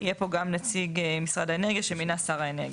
יהיה פה גם נציג משרד האנרגיה שמינה שר האנרגיה.